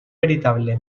veritable